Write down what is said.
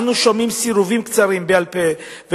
אנו שומעים סירובים קצרים בעל-פה,